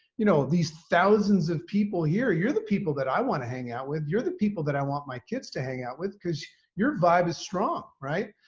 you know, these thousands of people here, you're the people that i want to hang out with. you're the people that i want my kids to hang out with. because your vibe is strong, right?